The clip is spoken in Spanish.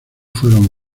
fueron